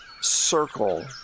circle